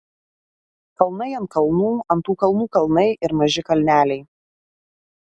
kalnai ant kalnų ant tų kalnų kalnai ir maži kalneliai